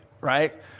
right